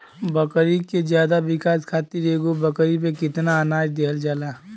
बकरी के ज्यादा विकास खातिर एगो बकरी पे कितना अनाज देहल जाला?